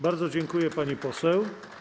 Bardzo dziękuję, pani poseł.